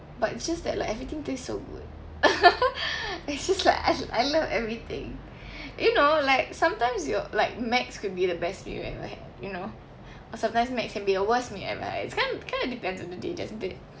but it's just that like everything taste so good it's just like I I love everything you know like sometimes you like Macs~ could be the best meal that I could ever had you know or sometimes Macs~ could be the worse meal that I ever had it's kind kind of depends on the day just day